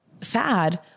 sad